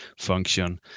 function